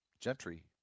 Gentry